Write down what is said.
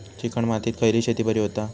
Chicken मातीत खयली शेती बरी होता?